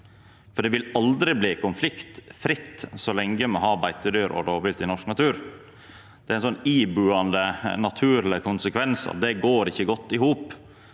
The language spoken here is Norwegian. Det vil aldri bli konfliktfritt så lenge me har beitedyr og rovvilt i norsk natur. Det er ein slik ibuande naturleg konsekvens at dei går ikkje godt i hop.